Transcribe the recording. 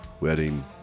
wedding